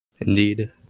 Indeed